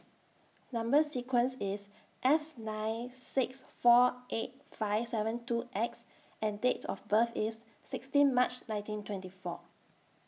Number sequence IS S nine six four eight five seven two X and Date of birth IS sixteen March nineteen twenty four